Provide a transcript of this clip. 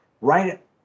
right